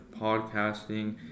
podcasting